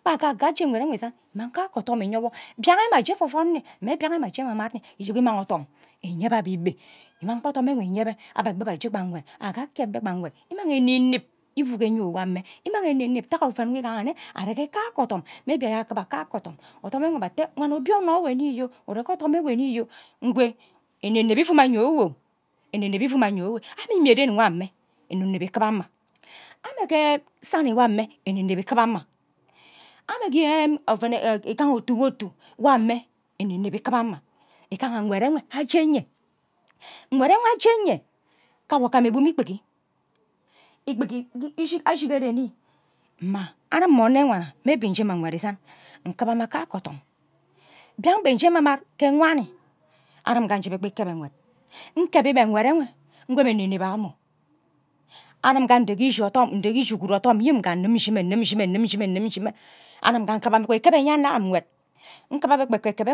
Kpa nga nke aje nkwed enwe isand imang ka ke odom inyen wo mbnian ayo mbe aje evovon iye mbian aye mbe aje ememad inye ije mbe inye odom inye ba abikpe imang kpa odom enwe inye be aba abe ava aje kpa nwed aga keb ba kpa nkwed imang eneneb ifu ke enyo ke otu nwo ame imang eneneb ke oven nwo igaha nne ero kake odom maybe aje kiba kake odom odom enwe aba ate wan obie onno ewe nni ure ke odom nwo nni nkwo eneneb isuma enyo enwe eneneb ifu ma enwe uean imbe ren wo ame! eneneb ikiba mma ame ke seni nwo ame eneneb ikuba mma ame ke oven igaha otu ke otu nwo ame eneneb ikiba ma igaha nkwed enwe aje nyen nkwed enwe aje nyen ke awo ke mme bum ikpeki ikpeke ije kere nni mma amim mme onno wana na eybe nje mme nkwed isand nkiba mma kake odom mbian mbe nje ememad ke wani arim ke nje be keb be kwed nkebi be kwed enwe ukwo mme eneneb ammo anim nga nde ishi uguru odom nyim nna nim shime nim shime nim shime nim shime nim shime anim ka ekekeb enwe enyanom nkwed nkibe kpa ekekeb